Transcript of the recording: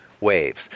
waves